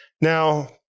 Now